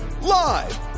live